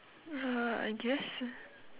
uh I guess